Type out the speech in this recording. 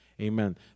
Amen